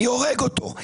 אני הורג אותו.